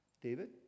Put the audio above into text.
David